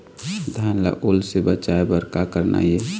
धान ला ओल से बचाए बर का करना ये?